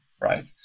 Right